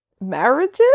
marriages